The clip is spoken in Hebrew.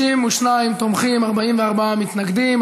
32 תומכים, 44 מתנגדים.